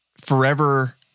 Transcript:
forever